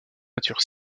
nature